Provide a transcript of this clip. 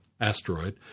asteroid